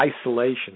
isolation